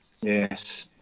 Yes